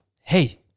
hey